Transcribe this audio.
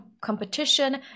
competition